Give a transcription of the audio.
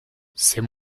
c’est